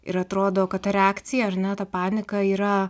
ir atrodo kad ta reakcija ar ne ta panika yra